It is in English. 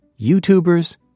YouTubers